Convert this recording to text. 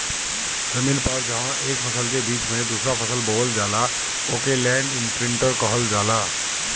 जमीन पर जहां एक फसल के बीच में दूसरा फसल बोवल जाला ओके लैंड इमप्रिन्टर कहल जाला